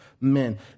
men